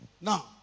Now